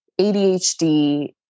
ADHD